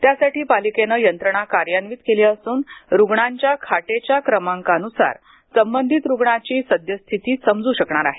त्यासाठी पालिकेने यंत्रणा कार्यान्वित केली असून रुग्णांच्या खाटेच्या क्रमांकानुसार संबंधित रुग्णाची सद्यस्थिती समजू शकणार आहे